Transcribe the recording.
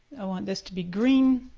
i want this to be green.